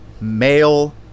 male